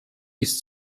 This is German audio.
ist